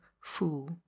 fool